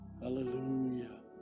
Hallelujah